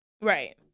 Right